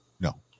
No